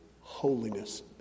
Holiness